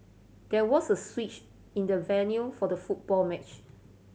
there was a switch in the venue for the football match